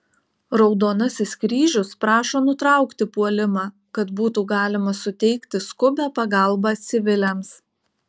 raudonasis kryžius prašo nutraukti puolimą kad būtų galima suteikti skubią pagalbą civiliams